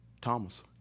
Thomas